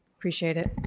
appreciate it.